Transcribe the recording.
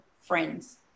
friends